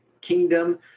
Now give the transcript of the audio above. Kingdom